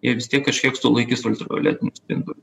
jie vis tiek kažkiek sulaikys ultravioletinius spinduliu